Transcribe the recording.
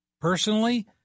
Personally